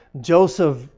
Joseph